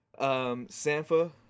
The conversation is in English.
sanfa